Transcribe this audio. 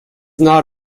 not